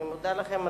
אני מודה לכם.